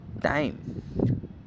time